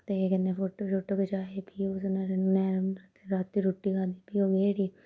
ते कन्नै फोटो शोटो खचाए हे फ्ही उसनै कन्नै रातीं रुट्टी शुट्टी खाद्धी ते फ्ही ओह् गे उठी